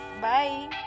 Bye